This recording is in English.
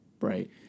Right